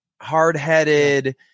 hard-headed